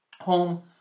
home